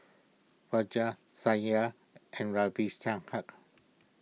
Raja Satya and Ravi Shankar